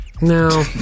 No